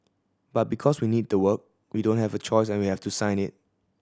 but because we need the work we don't have a choice and we have to sign it